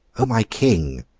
o my king